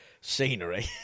scenery